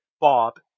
Bob